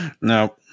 No